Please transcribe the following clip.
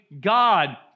God